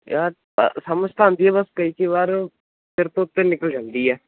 ਯਾਰ ਸਮਝ ਤਾਂ ਆਉਂਦੀ ਹੈ ਬਸ ਕਈ ਵਾਰ ਸਿਰ ਤੋਂ ਉੱਤੇ ਨਿਕਲ ਜਾਂਦੀ ਹੈ